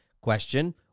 question